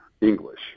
English